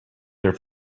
their